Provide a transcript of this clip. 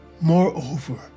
Moreover